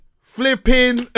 flipping